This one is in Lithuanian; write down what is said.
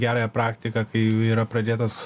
gerąją praktiką kai jau yra pradėtas